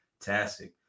fantastic